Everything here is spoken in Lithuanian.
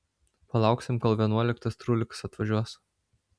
palauksim kol vienuoliktas trūlikas atvažiuos